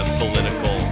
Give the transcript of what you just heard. political